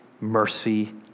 mercy